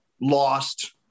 lost